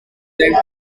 them